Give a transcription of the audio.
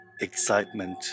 Excitement